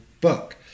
book